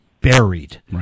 buried